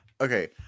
Okay